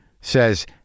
says